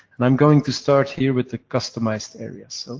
and i'm going to start, here, with the customized areas. so,